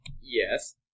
Yes